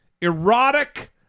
erotic